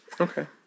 Okay